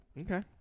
Okay